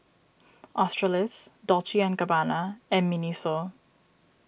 Australis Dolce and Gabbana and Miniso